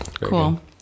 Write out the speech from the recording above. Cool